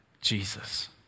Jesus